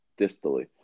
distally